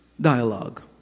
dialogue